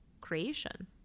creation